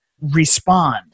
respond